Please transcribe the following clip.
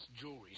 Jewelry